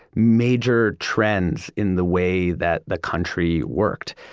major, trends in the way that the country worked.